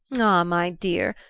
ah, my dear,